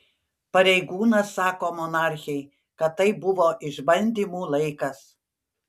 pareigūnas sako monarchei kad tai buvo išbandymų laikas